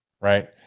right